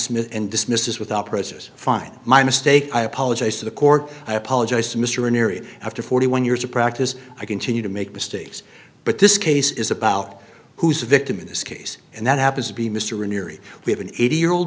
dismiss and dismiss without process find my mistake i apologize to the court i apologize to mr an area after forty one years of practice i continue to make mistakes but this case is about who's the victim in this case and that happens to be mr neary we have an eighty year old